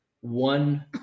one